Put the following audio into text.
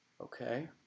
Okay